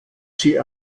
sie